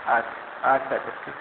আচ্ছা আচ্ছা আচ্ছা ঠিক আছে